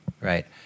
right